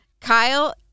Kyle